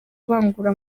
vangura